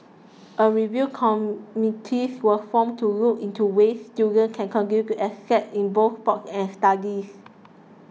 a review committees was formed to look into ways students can continue to excel in both sports and studies